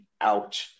out